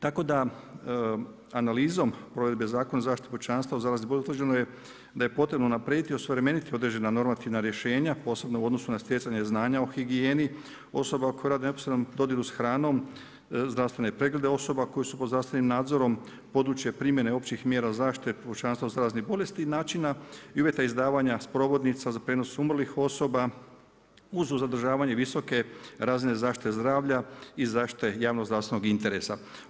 Tako da, analizom provedbe Zakona o zaštiti pučanstva od zaraznih bolesti utvrđeno je da je potrebno unaprijediti, osuvremeniti određena normativna rješenja posebno u odnosu na stjecanje znanja o higijeni osoba koje rade u neposrednom dodiru sa hranom, zdravstvene preglede osoba koje su pod zdravstvenim nadzorom, područje primjene općih mjera zaštite pučanstva od zaraznih bolesti i načina i uvjeta izdavanja sprovodnica za prijenos umrlih osoba uz zadržavanje visoke razine zaštite zdravlja i zaštite javnog zdravstvenog interesa.